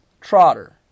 Trotter